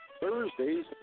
Thursdays